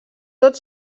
tot